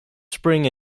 spring